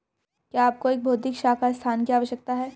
क्या आपको एक भौतिक शाखा स्थान की आवश्यकता है?